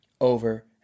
over